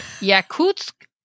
Yakutsk